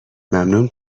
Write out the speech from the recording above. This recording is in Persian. ممنون